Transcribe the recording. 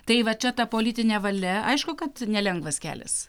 tai va čia ta politinė valia aišku kad nelengvas kelias